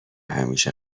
همیشه